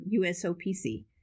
USOPC